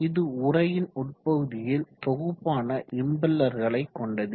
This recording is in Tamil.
இது உறையின் உட்பகுதியில் தொகுப்பான இம்பெல்லர்களை கொண்டது